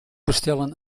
bestellen